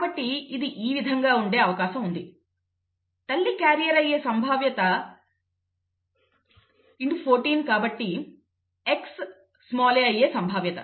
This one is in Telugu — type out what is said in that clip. కాబట్టి ఇది ఈ విధంగా ఉండే అవకాశం ఉంది తల్లి క్యారియర్ అయ్యే సంభావ్యత x 14 Xa అయ్యే సంభావ్యత